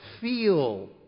feel